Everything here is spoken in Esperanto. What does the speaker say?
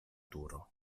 turo